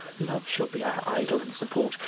love shall be our idol and support!